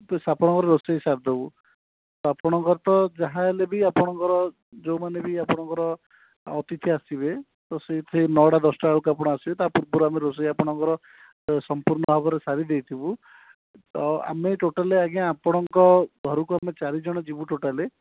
ତ ଆପଣଙ୍କର ରୋଷେଇ ସାରିଦେବୁ ଆପଣଙ୍କର ତ ଯାହା ହେଲେ ବି ଆପଣଙ୍କର ଯେଉଁମାନେ ବି ଆପଣଙ୍କର ଅତିଥି ଆସିବେ ତ ସେଇଥିରେ ନଅଟା ଦଶଟା ବେଳକୁ ଆପଣ ଆସିବେ ତା ପୂର୍ବରୁ ଆମେ ରୋଷେଇ ଆପଣଙ୍କର ସମ୍ପୂର୍ଣ୍ଣ ଭାବରେ ସାରି ଦେଇଥିବୁ ତ ଆମେ ଟୋଟାଲ୍ ଆଜ୍ଞା ଆପଣଙ୍କ ଘରକୁ ଆମେ ଚାରି ଜଣ ଯିବୁ ଟୋଟାଲି